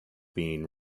being